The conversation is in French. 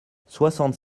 soixante